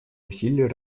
усилий